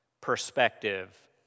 perspective